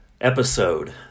episode